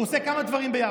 הוא עושה כמה דברים ביחד.